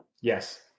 Yes